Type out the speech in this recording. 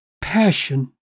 Passion